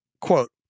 Quote